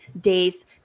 days